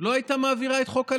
לא הייתה מעבירה את חוק הלאום,